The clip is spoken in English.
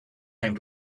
came